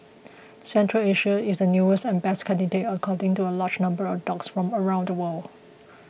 Central Asia is the newest and best candidate according to a large number of dogs from around the world